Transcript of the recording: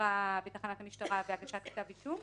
לחקירה בתחנת המשטרה והגשת כתב אישום,